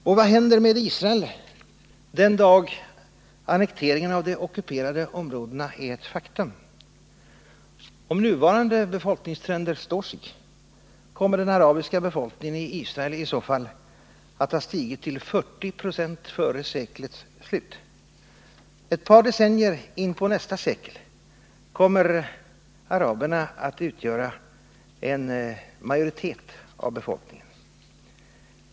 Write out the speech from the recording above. Och vad händer med Israel den dag annekteringen av de ockuperade områdena är ett faktum? Om nuvarande befolkningstrender står sig, kommer den arabiska befolkningen i Israel i så fall att ha stigit till 40 96 före seklets slut. Ett par decennier in på nästa sekel kommer araberna att utgöra en majoritet av befolkningen.